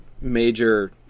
major